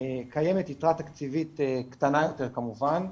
קיימת יתרה תקציבית קטנה יותר כמובן,